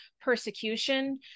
persecution